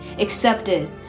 accepted